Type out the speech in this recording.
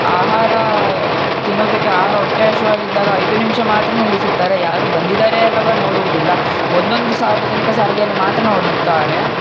ಆಹಾರ ತಿನ್ನೋದಕ್ಕೆ ಆಹಾರ ಹೊಟ್ಟೆ ಹಸ್ವಾಗಿದ್ದಾಗ ಐದು ನಿಮಿಷ ಮಾತ್ರ ನಿಲ್ಲಿಸುತ್ತಾರೆ ಯಾರು ಬಂದಿದ್ದಾರೆ ಇಲ್ಲವಾ ನೋಡುವುದಿಲ್ಲ ಒಂದೊಂದು ಸಾರ್ವಜನಿಕ ಸಾರಿಗೆಯಲ್ಲಿ ಮಾತ್ರ ನೋಡುತ್ತಾರೆ